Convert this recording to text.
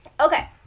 Okay